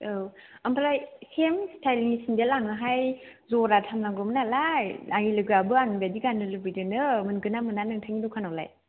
औ ओमफ्राय सेम स्टाइलनि सेन्देल आंनाहाय जराथाम नांगौमोन नालाय आंनि लोगोआबो आंनि बायदि गाननो लुबैदोंनो मोनगोन ना मोना नोंथांनि दकानावलाय